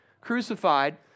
crucified